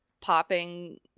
popping